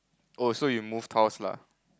oh so you moved house lah